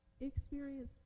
experience